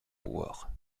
pouvoir